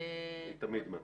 היא תמיד מהפריפריה.